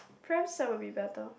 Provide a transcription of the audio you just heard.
program side will be better